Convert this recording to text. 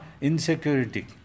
insecurity